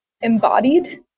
embodied